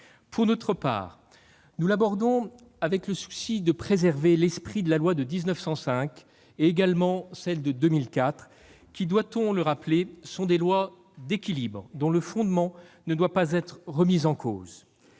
Pour notre part, nous l'abordons avec le souci de préserver l'esprit de la loi de 1905 et également de celle de 2004, qui-doit-on le rappeler ?-sont des lois d'équilibre dont le fondement ne doit pas être remis en cause.